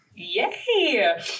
Yay